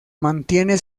mantiene